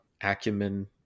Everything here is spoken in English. acumen